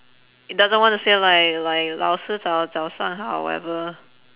it doesn't wanna say like like 老师早早上好 whatever